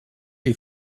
les